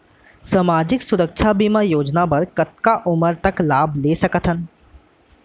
सामाजिक सुरक्षा बीमा योजना बर कतका उमर तक लाभ ले सकथन?